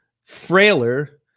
frailer